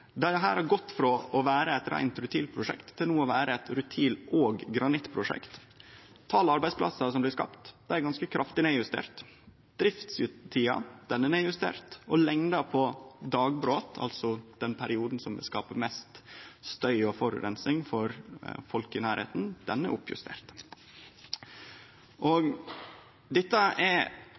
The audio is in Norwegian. dei to produkta ein skal ta ut – det er berre eitt av to – og dette har gått frå å vere eit rutilprosjekt til no å vere eit rutil- og granittprosjekt. Talet på arbeidsplassar som blir skapte, er ganske kraftig nedjustert. Driftstida er nedjustert, og lengda på dagbrot, altså den perioden som vil skape mest støy og forureining for folk i nærleiken, er oppjustert. Dette er